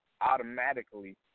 automatically